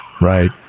Right